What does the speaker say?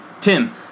Tim